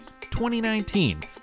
2019